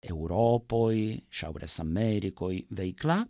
europoj šiaurės amerikoj veikla